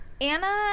Anna